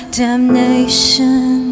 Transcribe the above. damnation